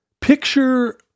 picture